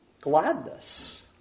gladness